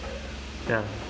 ya